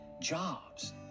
jobs